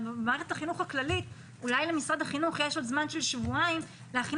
במערכת החינוך הכללית יש אולי למשרד החינוך עוד זמן של שבועיים להכין